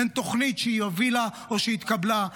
אין תוכנית שהיא הובילה או שהתקבלה.